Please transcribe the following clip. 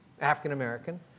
African-American